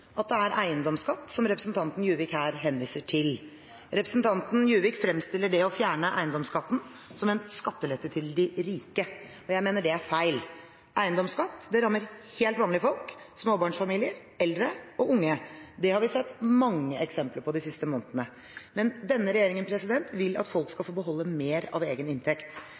at det er eiendomsskatten representanten Juvik her henviser til. Representanten Juvik fremstiller det å fjerne eiendomsskatten som en skattelette til de rike. Jeg mener det er feil. Eiendomsskatten rammer helt vanlige folk – småbarnsfamilier, eldre og unge. Det har vi sett mange eksempler på de siste månedene. Regjeringen vil at folk skal få beholde mer av egen inntekt.